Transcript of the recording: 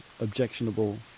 objectionable